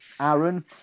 Aaron